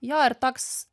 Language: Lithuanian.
jo ir toks